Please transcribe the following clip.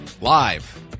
live